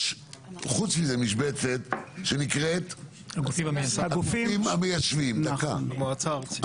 יש חוץ מזה משבצת שנקראת הגופים המיישבים במועצה הארצית,